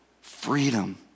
Freedom